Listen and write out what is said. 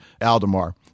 Aldemar